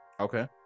Okay